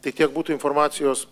tai tiek būtų informacijos